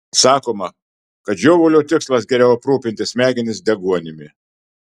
sakoma kad žiovulio tikslas geriau aprūpinti smegenis deguonimi